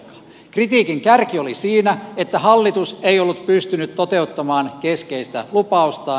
kritiikin kärki oli siinä että hallitus ei ollut pystynyt toteuttamaan keskeistä lupaustaan